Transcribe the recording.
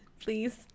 please